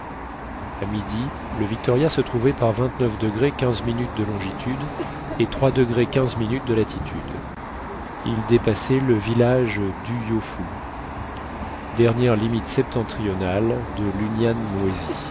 a midi le victoria se trouvait par de longitude et de latitude il dépassait le village d'uyofu dernière limite septentrionale de l'unyamwezi